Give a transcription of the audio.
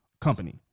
company